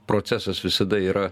procesas visada yra